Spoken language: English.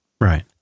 Right